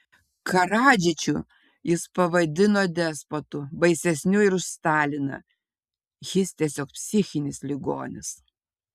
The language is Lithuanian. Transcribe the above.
karadžičių jis pavadino despotu baisesniu ir už staliną jis tiesiog psichinis ligonis